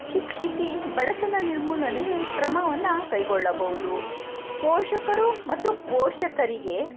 ಶಿಕ್ಷಿಸಿ ಬಡತನ ನಿರ್ಮೂಲನೆಗೆ ಕ್ರಮವನ್ನು ಕೈಗೊಳ್ಳಬಹುದು ಪೋಷಕರು ಮತ್ತು ಪೋಷಕರಿಗೆ